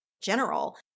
general